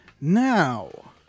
Now